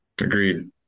agreed